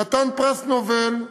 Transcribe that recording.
חתן פרס נובל,